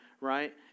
right